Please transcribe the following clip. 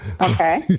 okay